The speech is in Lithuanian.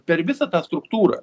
per visą tą struktūrą